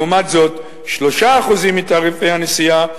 לעומת זאת, 3% מתעריפי הנסיעה,